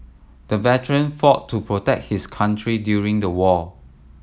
the veteran fought to protect his country during the war